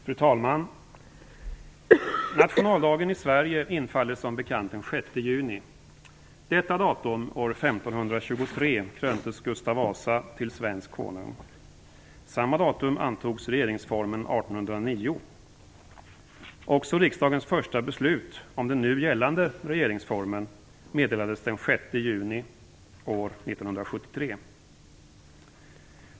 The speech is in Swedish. Fru talman! Nationaldagen i Sverige infaller som bekant den 6 juni. Detta datum år 1523 kröntes Gustav Vasa till svensk konung. Samma datum antogs regeringsformen år 1809. Också riksdagens första beslut om den nu gällande regeringsformen meddelades den 6 juni år 1973.